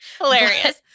hilarious